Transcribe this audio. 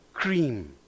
cream